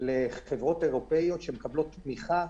לחברות אירופיות שמקבלות תמיכה,